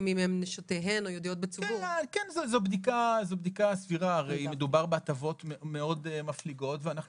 זו בדיקה סבירה כי מדובר בהטבות מאוד מפליגות ואנחנו